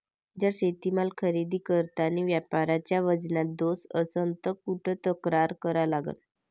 जर शेतीमाल खरेदी करतांनी व्यापाऱ्याच्या वजनात दोष असन त कुठ तक्रार करा लागन?